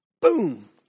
Boom